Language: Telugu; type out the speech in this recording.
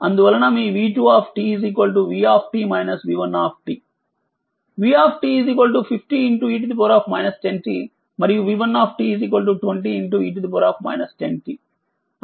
v 50 e 10t మరియు v1 20 e 10t అని ఇంతకు మునుపు చేసి ఉన్నాము